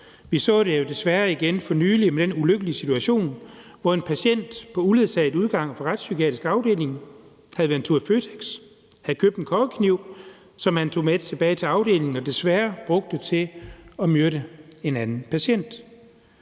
Vi så jo desværre igen for nylig en ulykkelig situation, hvor en patient på uledsaget udgang fra retspsykiatrisk afdeling havde været en tur i Føtex og havde købt en kokkekniv, som han tog med tilbage til afdelingen og desværre brugte til at myrde en anden patient.